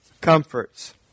comforts